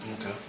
Okay